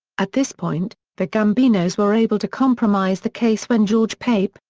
at this point, the gambinos were able to compromise the case when george pape,